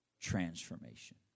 Transformation